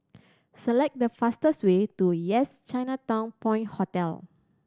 select the fastest way to Yes Chinatown Point Hotel